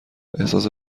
احساس